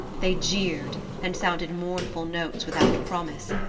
they jeered and sounded mournful notes without promise,